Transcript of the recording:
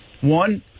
One